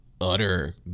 utter